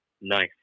Nice